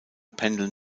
pendeln